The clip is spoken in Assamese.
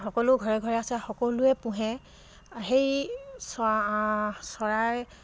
সকলো ঘৰে ঘৰে আছে সকলোৱে পোহে সেই চ চৰাই